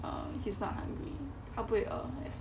um he's not hungry 他不会饿